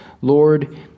Lord